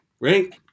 Right